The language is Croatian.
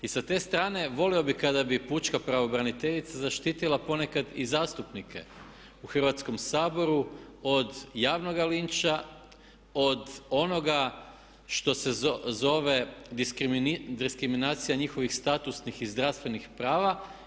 I sa te strane volio bih kada bi pučka pravobraniteljica zaštitila ponekad i zastupnike u Hrvatskome saboru od javnoga linča od onoga što se zove diskriminacija njihovih statusnih i zdravstvenih prava.